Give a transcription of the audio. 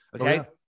Okay